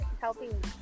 helping